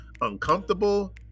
uncomfortable